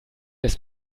des